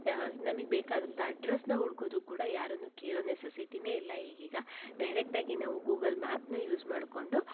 ನಮಗೆ ಬೇಕಾದಂಥ ಅಡ್ರೆಸ್ಸನ್ನು ಹುಡ್ಕೋದೂ ಕೂಡ ಯಾರನ್ನೂ ಕೇಳೋ ನೆಸಸಿಟಿಯೇ ಇಲ್ಲ ಈಗೀಗ ಡೈರೆಕ್ಟಾಗಿ ನಾವು ಗೂಗಲ್ ಮ್ಯಾಪನ್ನು ಯೂಸ್ ಮಾಡಿಕೊಂಡು